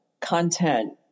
content